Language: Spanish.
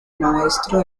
maestro